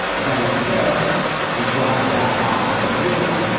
vanity fair describes that op ed this way.